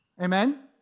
Amen